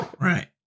Right